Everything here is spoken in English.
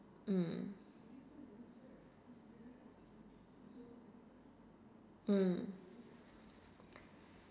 mm mm